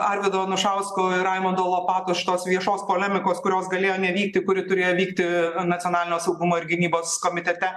arvydo anušausko ir raimundo lopatos šitos viešos polemikos kurios galėjo nevykti kuri turėjo vykti nacionalinio saugumo ir gynybos komitete